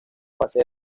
fase